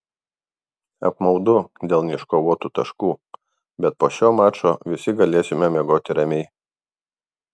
apmaudu dėl neiškovotų taškų bet po šio mačo visi galėsime miegoti ramiai